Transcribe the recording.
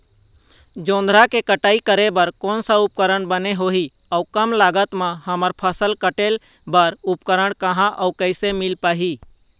जोंधरा के कटाई करें बर कोन सा उपकरण बने होही अऊ कम लागत मा हमर फसल कटेल बार उपकरण कहा अउ कैसे मील पाही?